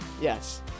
Yes